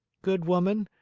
good woman,